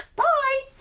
bye!